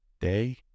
day